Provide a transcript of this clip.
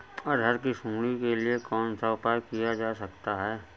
अरहर की सुंडी के लिए कौन सा उपाय किया जा सकता है?